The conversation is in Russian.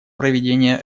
проведения